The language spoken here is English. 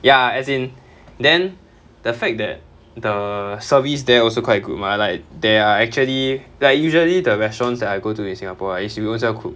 ya as in then the fact that the service there also quite good mah like there are actually like usually the restaurants that I go to in singapore right is you own self cook